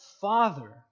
Father